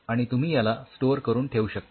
आणि तुम्ही याला स्टोअर करून ठेऊ शकता